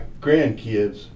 grandkids